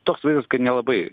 toks vaizdas kad nelabai